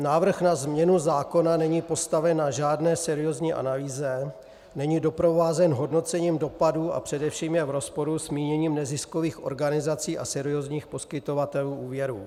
Návrh na změnu zákona není postaven na žádné seriózní analýze, není doprovázen hodnocením dopadů a především je v rozporu s míněním neziskových organizací a seriózních poskytovatelů úvěrů.